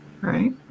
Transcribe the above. Right